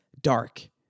dark